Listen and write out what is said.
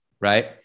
Right